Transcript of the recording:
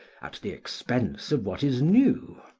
at the expense of what is new,